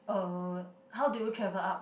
oh how do you travel up